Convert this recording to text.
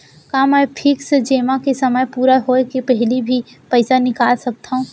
का मैं फिक्स जेमा के समय पूरा होय के पहिली भी पइसा निकाल सकथव?